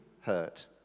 hurt